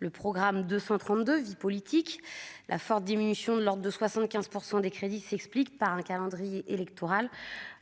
le programme 232 vie politique la forte diminution de l'ordre de 75 % des crédits s'explique par un calendrier électoral,